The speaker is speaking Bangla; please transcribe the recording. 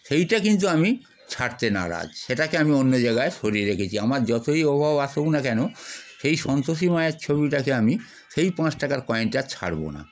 সেটা কিন্তু আমি ছাড়তে নারাজ সেটাকে আমি অন্য জায়গায় সরিয়ে রেখেছি আমার যতই অভাব আসুক না কেন সেই সন্তোষী মায়ের ছবিটাকে আমি সেই পাঁচ টাকার কয়েনটা ছাড়ব না